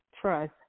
trust